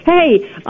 Hey